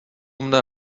mne